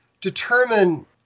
determine